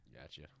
Gotcha